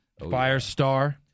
Firestar